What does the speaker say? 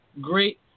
Great